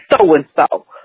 so-and-so